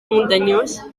muntanyós